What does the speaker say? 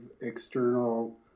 external